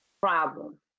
problem